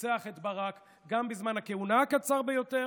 ניצח את ברק, גם בזמן הכהונה הקצר ביותר